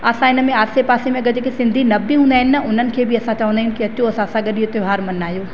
असां इन में आसे पासे में सिंधी न बि हूंदा आहिनि न उन्हनि खे बि असां चवंदा आहियूं की अचो असांसां गॾु इहो त्योहारु मल्हायो